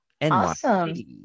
NYC